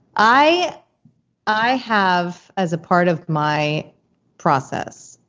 i i have, as a part of my process,